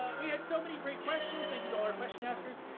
ah we had so many great questions. thank you to all our question askers.